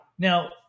Now